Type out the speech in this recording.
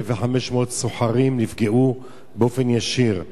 1,500 סוחרים נפגעו באופן ישיר.